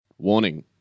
Warning